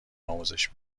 آموزش